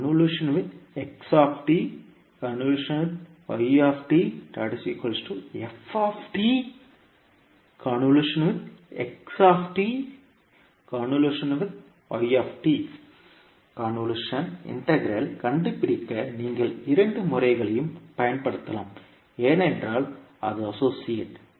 convolution integral கண்டுபிடிக்க நீங்கள் இரண்டு முறைகளையும் பயன்படுத்தலாம் ஏனென்றால் அது அசோசியேட்